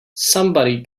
somebody